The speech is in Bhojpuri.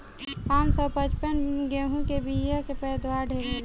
पान सौ पचपन गेंहू के बिया के पैदावार ढेरे होला